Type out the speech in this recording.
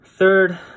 Third